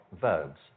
verbs